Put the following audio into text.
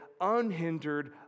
unhindered